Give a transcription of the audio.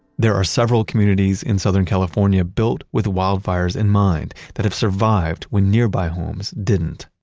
there are several communities in southern california built with wildfires in mind that have survived when nearby homes didn't.